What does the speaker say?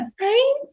right